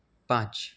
પાંચ